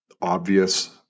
obvious